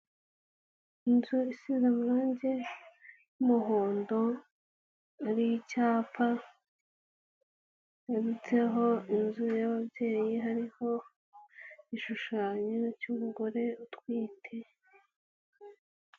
Inzu isize amarange y'umuhondo hariho icyapa cyubatseho inzu y'ababyeyi, hariho igishushanyo cy'umugore utwite,